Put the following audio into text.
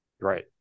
Right